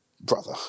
brother